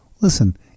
listen